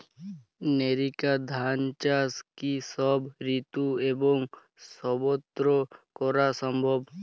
NERICA ধান চাষ কি সব ঋতু এবং সবত্র করা সম্ভব?